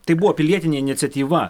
tai buvo pilietinė iniciatyva